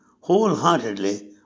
wholeheartedly